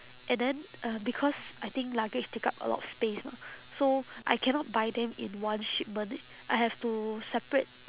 and then um because I think luggage take up a lot of space mah so I cannot buy them in one shipment eh I have to separate